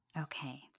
Okay